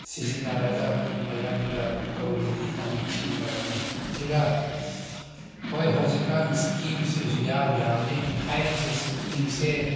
ꯁꯤꯖꯤꯟꯅꯔꯒ ꯃꯤ ꯃꯌꯥꯝꯗꯨꯗ ꯇꯧꯔꯗꯤ ꯌꯥꯝ ꯅꯨꯡꯉꯥꯏꯅꯤ ꯑꯗꯨꯒ ꯍꯣꯏ ꯍꯧꯖꯤꯛꯀꯥꯟ ꯏꯁꯀꯤꯝꯁꯤꯁꯨ ꯌꯥꯝ ꯌꯥꯝꯃꯤ ꯍꯥꯏꯕꯁꯦ ꯏꯁꯀꯤꯝꯁꯦ